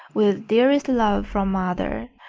with derest love from mother,